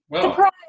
Surprise